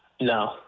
No